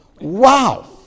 wow